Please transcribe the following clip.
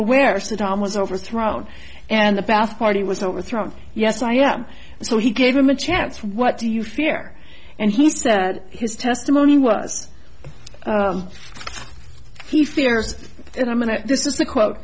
aware saddam was overthrown and the bath party was overthrown yes not yet so he gave him a chance what do you fear and he said his testimony was he fears and i mean this is the quote